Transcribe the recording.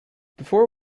before